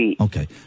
Okay